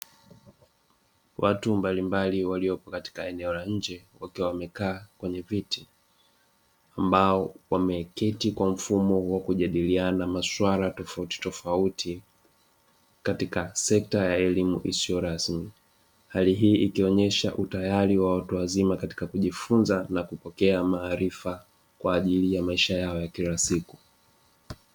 Watu mbalimbali waliopo katika eneo la nje wakiwa wamekaa kwenye viti, ambao wameketi kwa mfumo wa kujadiliana masuala tofautitofauti katika sekta ya elimu isiyo rasmi, hali hii ikionyesha utayari wa watu wazima katika kujifunza na kupokea maarifa kwa ajili ya maisha yao ya kila siku.